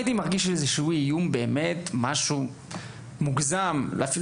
אני לא הרגשתי איזה שהוא איום או משהו מוגזם במקום הזה,